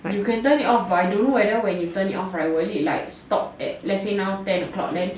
you can turn it off but I don't know when you turn it off will it like stop at let say now ten o'clock then